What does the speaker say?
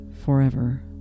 forever